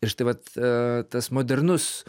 ir štai vat tas modernus